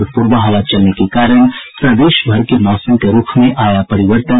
और प्रबा हवा चलने के कारण प्रदेश भर के मौसम के रूख में आया परिवर्तन